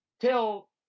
tell